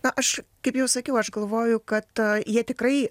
na aš kaip jau sakiau aš galvoju kad jie tikrai